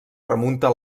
remunta